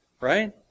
right